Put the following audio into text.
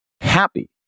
happy